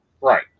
right